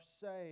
saved